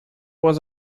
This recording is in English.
was